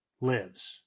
lives